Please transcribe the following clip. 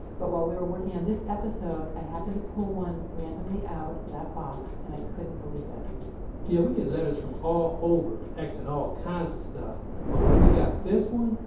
but, while we were working on this episode, i happened to pull one randomly out of that box, and i couldn't believe it yeah. we get letters from all over asking all kinds of stuff. but, when we got this one,